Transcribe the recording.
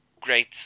great